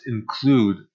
include